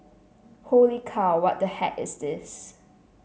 holy cow what the heck is this